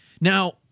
Now